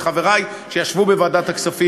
וחברי שישבו בוועדת הכספים,